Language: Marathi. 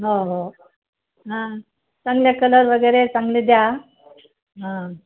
हो हो हां चांगले कलर वगैरे चांगले द्या हां